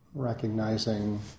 Recognizing